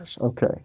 Okay